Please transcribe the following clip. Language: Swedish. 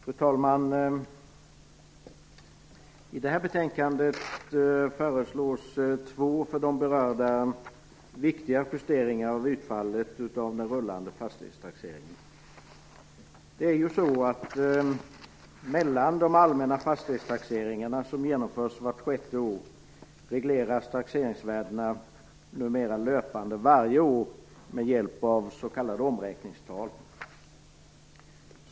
Fru talman! I det här betänkandet föreslås två för de berörda viktiga justeringar av utfallet av den rullande fastighetstaxeringen. Mellan de allmänna fastighetstaxeringarna, som genomförs vart sjätte år, regleras taxeringsvärdena numera löpande varje år med hjälp av s.k. omräkningstal.